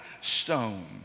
stone